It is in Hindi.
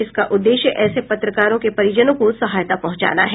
इसका उद्देश्य ऐसे पत्रकारों के परिजनों को सहायता पहुंचाना है